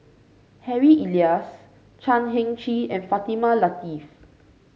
Harry Elias Chan Heng Chee and Fatimah Lateef